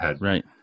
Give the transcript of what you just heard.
right